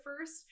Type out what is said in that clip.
first